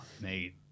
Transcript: mate